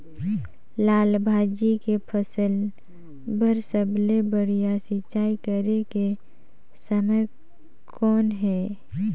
लाल भाजी के फसल बर सबले बढ़िया सिंचाई करे के समय कौन हे?